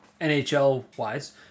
NHL-wise